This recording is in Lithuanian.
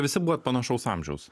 visi buvot panašaus amžiaus